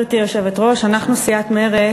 גברתי היושבת-ראש, תודה, אנחנו, סיעת מרצ,